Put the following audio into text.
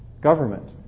government